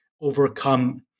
overcome